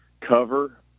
cover